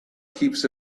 keeps